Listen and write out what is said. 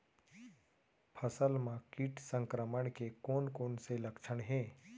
फसल म किट संक्रमण के कोन कोन से लक्षण हे?